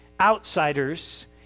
outsiders